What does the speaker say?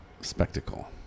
spectacle